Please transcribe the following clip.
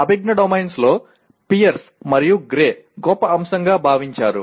అభిజ్ఞా డొమైన్లో పియర్స్ మరియు గ్రే గొప్ప అంశంగా భావించారు